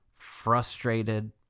frustrated